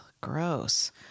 gross